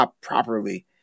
properly